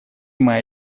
моя